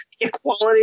equality